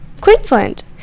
Queensland